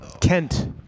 Kent